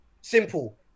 Simple